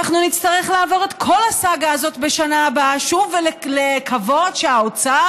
אנחנו נצטרך לעבור את כל הסאגה הזאת בשנה הבאה שוב ולקוות שהאוצר